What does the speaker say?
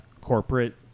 corporate